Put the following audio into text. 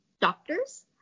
doctors